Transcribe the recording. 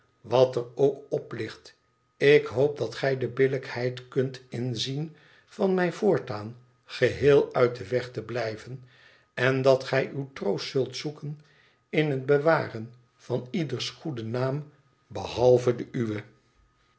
wat er ook op ligt ik hoop dat gij de billijkheid zult inzien van mij voortaan geheel uit den weg te blijven en dat gij uw troost zult zoeken in het bewaren van ieders goeden naam behalve den uwen